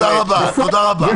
תודה רבה.